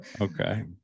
Okay